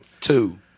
Two